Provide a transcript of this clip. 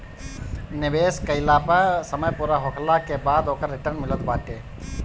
निवेश कईला पअ समय पूरा होखला के बाद ओकर रिटर्न मिलत बाटे